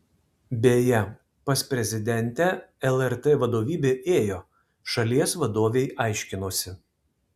beje pas prezidentę lrt vadovybė ėjo šalies vadovei aiškinosi